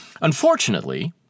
Unfortunately